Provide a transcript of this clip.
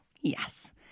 Yes